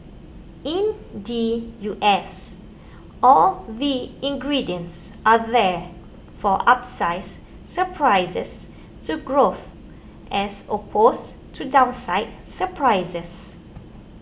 in the U S all the ingredients are there for upside surprises to growth as opposed to downside surprises